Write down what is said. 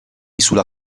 sulla